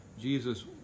Jesus